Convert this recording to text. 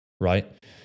right